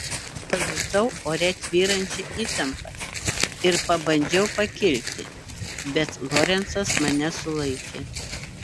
pajutau ore tvyrančią įtampą ir pabandžiau pakilti bet lorencas mane sulaikė